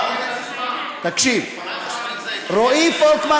תקשיב: רועי פולקמן,